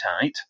tight